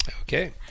Okay